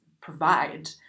provide